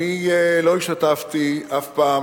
אני לא השתתפתי אף פעם,